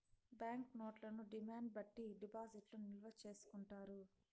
bank నోట్లను demand బట్టి డిపాజిట్లు నిల్వ చేసుకుంటారు